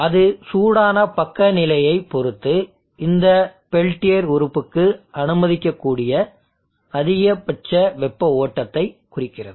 அது சூடான பக்க வெப்பநிலையைப் பொறுத்து இந்த பெல்டியர் உறுப்புக்கு அனுமதிக்கக்கூடிய அதிகபட்ச வெப்ப ஓட்டத்தை குறிக்கிறது